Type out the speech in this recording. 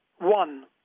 One